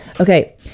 Okay